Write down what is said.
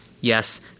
yes